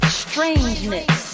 strangeness